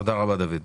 תודה רבה דוד.